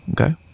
Okay